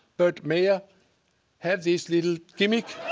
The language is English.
but mayor had this little gimmick.